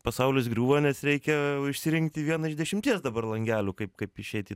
pasaulis griūva nes reikia išsirinkti vieną iš dešimties dabar langelių kaip kaip išeiti